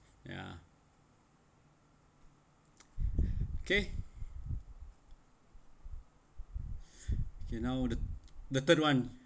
ya okay okay now the third [one]